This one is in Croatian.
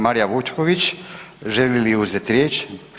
Marija Vučković, želi li uzeti riječ?